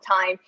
time